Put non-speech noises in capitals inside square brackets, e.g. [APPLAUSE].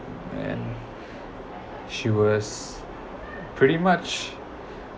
and [BREATH] she was pretty much